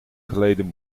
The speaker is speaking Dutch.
geleden